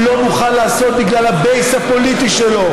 הוא לא מוכן לעשות בגלל ה-base הפוליטי שלו,